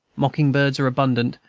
mocking-birds are abundant,